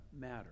matter